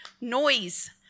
noise